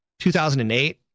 2008